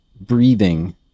breathing